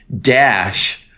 dash